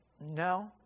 No